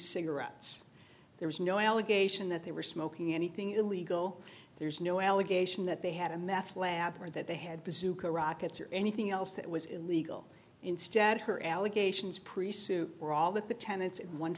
cigarettes there was no allegation that they were smoking anything illegal there's no allegation that they had a meth lab or that they had bazooka rockets or anything else that was illegal instead her allegations priests who were all that the tenants